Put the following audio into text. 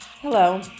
Hello